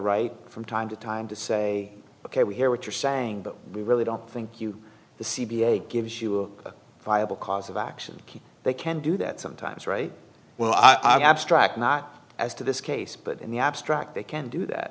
right from time to time to say ok we hear what you're saying but we really don't think you the c b a gives you a viable cause of action they can do that sometimes right well i abstract not as to this case but in the abstract they can do that